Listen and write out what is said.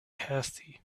hasty